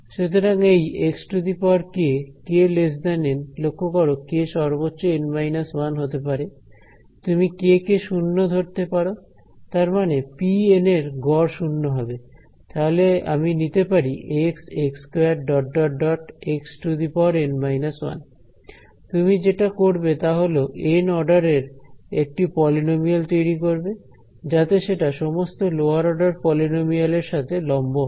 সুতরাং এই xk kN লক্ষ্য করো k সর্বোচ্চ N 1 হতে পারে তুমি k কে শূন্য ধরতে পারো তার মানে pN এর গড় শূন্য হবে তাহলে আমি নিতে পারি x x2 xN −1 তুমি যেটা করবে তা হল এন অর্ডারের একটা পলিনোমিয়াল তৈরি করবে যাতে সেটা সমস্ত লোয়ার অর্ডার পলিনোমিয়াল এর সাথে লম্ব হয়